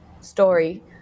story